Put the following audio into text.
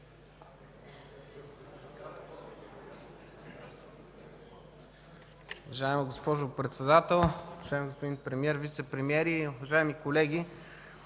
Уважаема госпожо Председател, уважаеми господин Премиер, вицепремиери, уважаеми колеги!